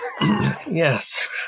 Yes